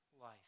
life